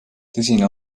tõsine